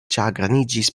ĉagreniĝis